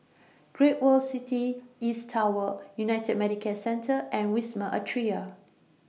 Great World City East Tower United Medicare Centre and Wisma Atria